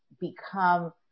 become